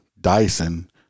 Dyson